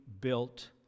built